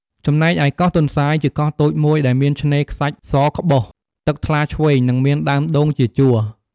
ចំណែកឯកោះទន្សាយ ជាកោះតូចមួយដែលមានឆ្នេរខ្សាច់សក្បុស ទឹកថ្លាឈ្វេង និងមានដើមដូងជាជួរ។